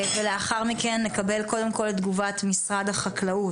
ולאחר מכן נקבל קודם כל את תגובת משרד החקלאות.